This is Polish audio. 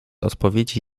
odpowiedzi